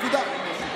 נקודה.